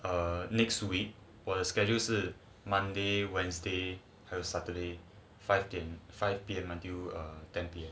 err next week 我的 schedule 是 monday wednesday saturday fifteen monday five P_M